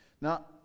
Now